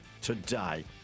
today